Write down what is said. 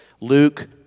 Luke